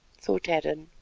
thought hadden,